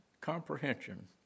comprehension